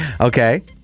Okay